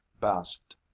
basked